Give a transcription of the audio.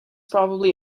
probably